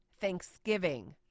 Thanksgiving